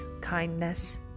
kindness